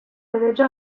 derece